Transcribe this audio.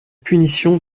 punitions